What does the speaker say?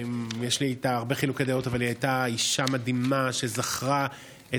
גברתי המזכירה.